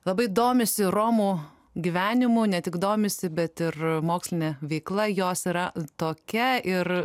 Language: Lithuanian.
labai domisi romų gyvenimu ne tik domisi bet ir moksline veikla jos yra tokia ir